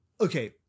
okay